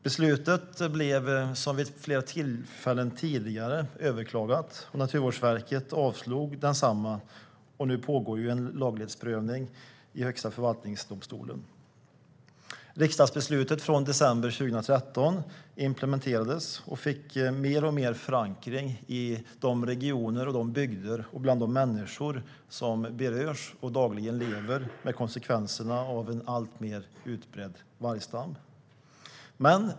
Beslutet blev, som vid flera tillfällen tidigare, överklagat. Naturvårdsverket avslog överklagan, och nu pågår en laglighetsprövning i Högsta förvaltningsdomstolen. Riksdagsbeslutet från december 2013 implementerades och fick mer och mer förankring i de regioner, de bygder och bland de människor som berörs och dagligen lever med konsekvenserna av en alltmer utbredd vargstam.